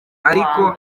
ariko